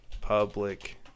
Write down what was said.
public